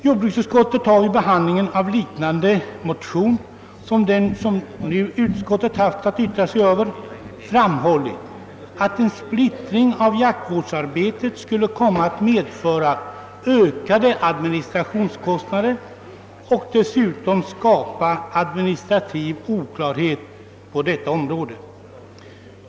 Jordbruksutskottet har vid behandlingen av liknande motioner framhållit att en splittring av jaktvårdsarbetet skulle komma att medföra ökade administrationskostnader och dessutom skapa administrativ oklarhet på detta område.